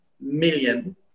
million